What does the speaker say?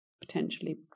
potentially